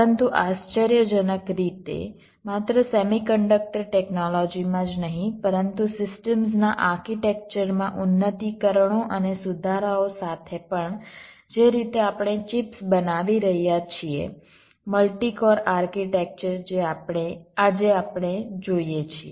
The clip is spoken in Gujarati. પરંતુ આશ્ચર્યજનક રીતે માત્ર સેમિકન્ડક્ટર ટેક્નોલોજીમાં જ નહીં પરંતુ સિસ્ટમ્સના આર્કિટેક્ચર માં ઉન્નત્તિકરણો અને સુધારાઓ સાથે પણ જે રીતે આપણે ચિપ્સ બનાવી રહ્યા છીએ મલ્ટી કોર આર્કિટેક્ચર જે આજે આપણે જોઈએ છીએ